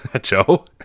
Joe